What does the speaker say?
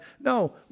No